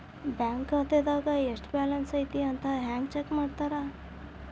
bank ಖಾತೆದಾಗ ಎಷ್ಟ balance ಐತಿ ಅಂತ ಹೆಂಗ ಚೆಕ್ ಮಾಡ್ತಾರಾ